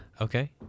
Okay